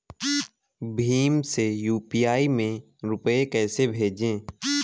भीम से यू.पी.आई में रूपए कैसे भेजें?